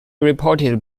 reported